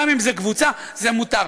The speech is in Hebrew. גם אם זה קבוצה זה מותר.